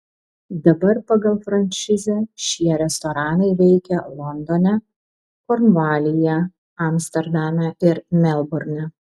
dabar pagal franšizę šie restoranai veikia londone kornvalyje amsterdame ir melburne